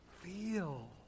feel